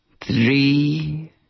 Three